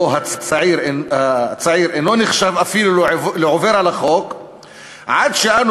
שבו הצעיר אינו נחשב אפילו לעובר על החוק עד שאנו